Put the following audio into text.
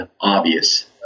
obvious